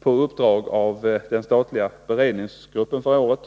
på uppdrag av den statliga beredningsgruppen, har